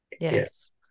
Yes